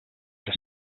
que